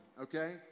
okay